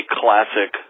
classic